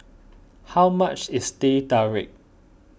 how much is Teh Tarik